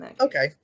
Okay